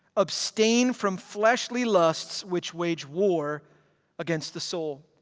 abstain from fleshly lusts which wage war against the soul.